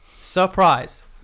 Surprise